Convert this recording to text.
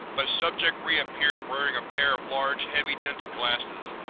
but subject reappeared wearing a pair of large, heavily tinted sunglasses.